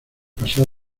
pasar